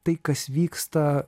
tai kas vyksta